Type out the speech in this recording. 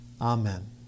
Amen